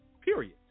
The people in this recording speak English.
Period